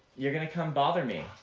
you're going to come bother me.